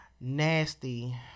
nasty